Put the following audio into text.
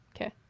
Okay